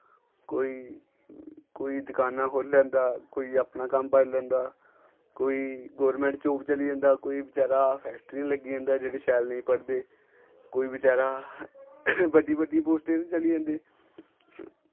कोई कोई दकानां खोह्ल्ली लैंदा कोई अपना कम्म पाई लैंदा कोई गौरमैंट जॉब चली जंदा कोई बचैरा फैक्ट्री च लग्गी जंदा जेह्ड़े शैल नेईं पढ़दे कोई बचैरा बड्डी बड्डी पोस्टें पर चली जंदे